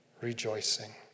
rejoicing